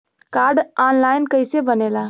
Card online कइसे बनेला?